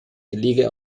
gelege